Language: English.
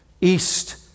east